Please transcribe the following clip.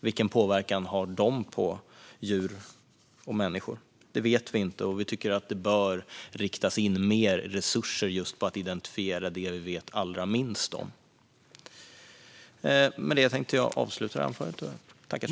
Vilken påverkan har de på djur och människor? Det vet vi inte, och vi tycker att det bör riktas in mer resurser just på att identifiera det vi vet allra minst om. Med detta tänkte jag avsluta anförandet.